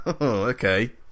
Okay